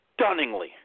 stunningly